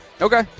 Okay